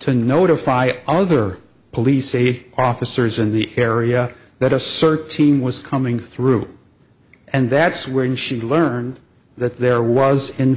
to notify other police say officers in the area that a certain was coming through and that's when she learned that there was in